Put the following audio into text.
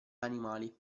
animali